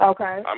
Okay